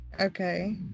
Okay